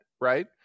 Right